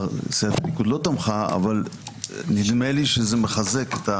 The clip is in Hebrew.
סיעת הליכוד לא תמכה אבל נדמה לי שזה מחזק.